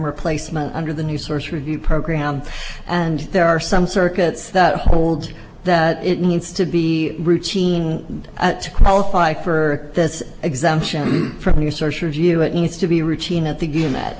replacement under the new source review program and there are some circuits that hold that it needs to be routine and to qualify for this exemption from your search or view it needs to be routine at the